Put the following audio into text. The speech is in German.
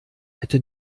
hätte